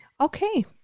Okay